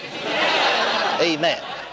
Amen